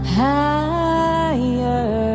higher